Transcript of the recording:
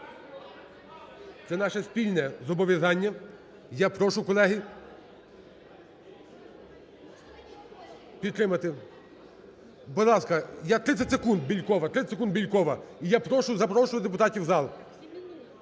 це наше спільне зобов'язання. Я прошу, колеги, підтримати. Будь ласка, 30 секунд, Бєлькова. 30 секунд, Бєлькова. І я прошу, запрошую депутатів у зал.